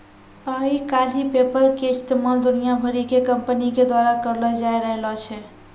आइ काल्हि पेपल के इस्तेमाल दुनिया भरि के कंपनी के द्वारा करलो जाय रहलो छै